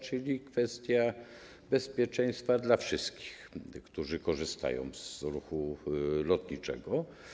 Chodzi tu o kwestię bezpieczeństwa dla wszystkich, którzy korzystają z ruchu lotniczego.